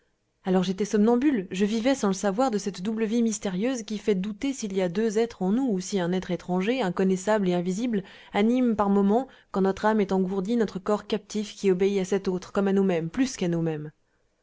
alors j'étais somnambule je vivais sans le savoir de cette double vie mystérieuse qui fait douter s'il y a deux êtres en nous ou si un être étranger inconnaissable et invisible anime par moments quand notre âme est engourdie notre corps captif qui obéit à cet autre comme à nous-mêmes plus qu'à nous-mêmes